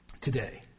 today